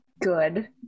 good